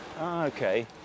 okay